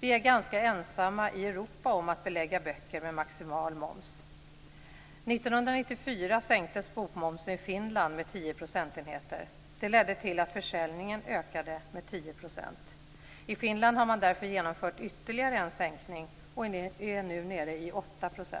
Vi är ganska ensamma i Europa om att belägga böcker med maximal moms. År 1994 sänktes bokmomsen i Finland med 10 procentenheter. Det ledde till att försäljningen ökade med 10 %. I Finland har man därför genomfört ytterligare en sänkning och är nu nere i 8 %. Också